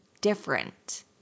different